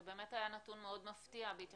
זה באמת היה נתון מאוד מפתיע בהתייחס